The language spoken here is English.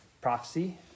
prophecy